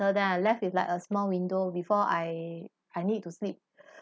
so then I'm left with like a small window before I I need to sleep